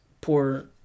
poor